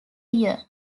year